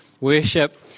Worship